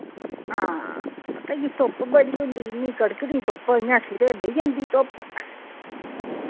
हां पता केह् धुप्प बड़ी होंदी इन्नी कड़कदी धुप्प इ'य्यां सिरे बेही जन्दी धुप्प